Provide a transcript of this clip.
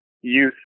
youth